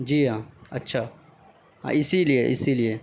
جی ہاں اچھا ہاں اسی لیے اسی لیے